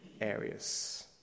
areas